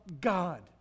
God